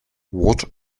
what